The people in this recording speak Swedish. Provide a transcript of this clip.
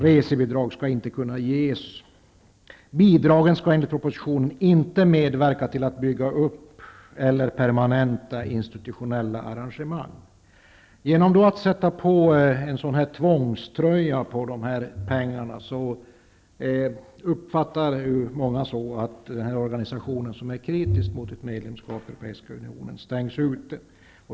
Resebidrag skall inte kunna ges. Bidragen skall enligt propositionen inte medverka till att bygga upp eller permanenta institutionella arrangemang. Genom att man sätter på en sådan här tvångströja på dessa pengar uppfattar många det så, att den organisation som är kritisk mot ett medlemskap i den europeiska unionen stängs ute.